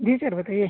जी sir बताइए